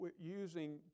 using